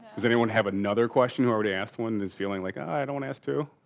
does anyone have another question who already asked one is feeling like i don't ask two?